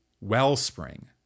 wellspring